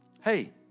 Hey